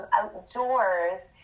outdoors